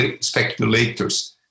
speculators